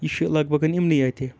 یہِ چھُ لگ بَگَن یِمنٕے اَتہِ